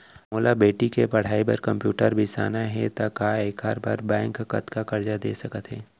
मोला बेटी के पढ़ई बार कम्प्यूटर बिसाना हे त का एखर बर बैंक कतका करजा दे सकत हे?